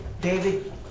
David